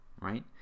right